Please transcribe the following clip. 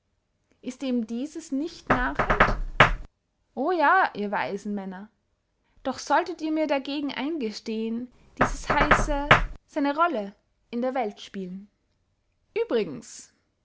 ist eben dieses nicht narrheit o ja ihr weisen männer doch solltet ihr mir dagegen eingestehen dieses heisse seine rolle in der welt spielen uebrigens